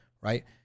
right